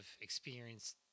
experienced